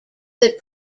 that